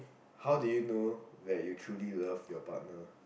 how do you know that you truly love your partner